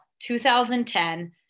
2010